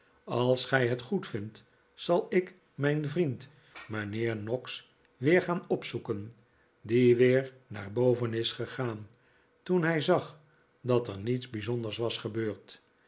als gij het goedvindt zal ik mijn vriend mijnheer noggs weer gaan opzoeken die weer naar boven is gegaan toen hij zag dat er niets bijzonders was gebeurd